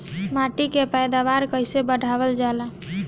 माटी के पैदावार कईसे बढ़ावल जाला?